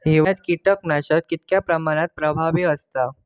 हिवाळ्यात कीटकनाशका कीतक्या प्रमाणात प्रभावी असतत?